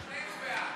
שנינו בעד.